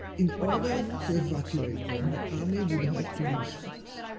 in order to evacuate them, the army would have to use force.